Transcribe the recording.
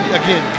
again